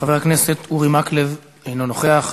חבר הכנסת אורי מקלב, אינו נוכח.